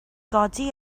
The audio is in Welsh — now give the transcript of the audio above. godi